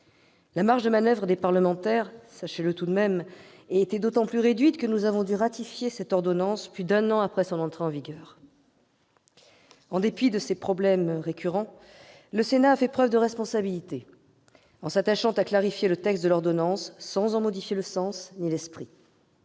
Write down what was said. la marge de manoeuvre des parlementaires était d'autant plus réduite que nous avons dû ratifier cette ordonnance plus d'un an après son entrée en vigueur. En dépit de ces problèmes récurrents, le Sénat a fait preuve de responsabilité en s'attachant à clarifier le texte de l'ordonnance sans en modifier le sens, ni l'esprit.